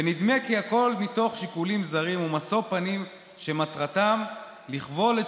ונדמה כי הכול מתוך שיקולים זרים ומשוא פנים שמטרתם לכבול את